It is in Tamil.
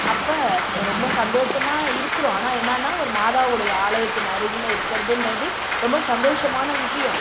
அப்போ ரொம்ப சந்தோஷமாக இருக்கிறோம் ஆனால் என்னன்னா ஒரு மாதாவுடைய ஆலயத்தின் அருகில் இருக்கிறதுன்றது ரொம்ப சந்தோஷமான விஷயம்